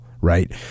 right